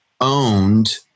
owned